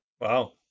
Wow